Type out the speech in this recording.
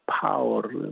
power